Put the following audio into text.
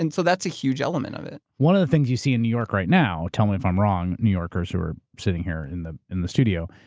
and so that's a huge element of it. one of the things you see in new york right now. tell me if i'm wrong, new yorkers who are sitting here in the in the studio.